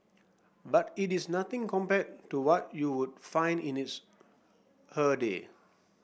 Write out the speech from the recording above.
but it is nothing compared to what you would find in its her day